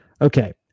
Okay